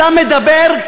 אתה מדבר,